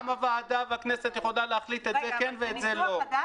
גם הוועדה והכנסת יכולה להחליט את זה כן ואת זה לא.